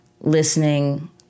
listening